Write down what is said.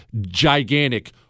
gigantic